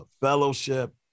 fellowship